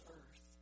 earth